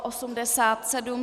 87.